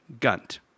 Gunt